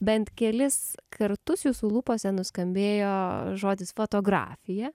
bent kelis kartus jūsų lūpose nuskambėjo žodis fotografija